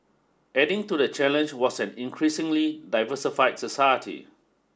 adding to the challenge was an increasingly diversified society